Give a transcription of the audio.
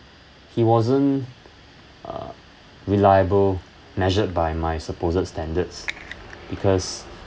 he wasn't uh reliable measured by my supposed standards because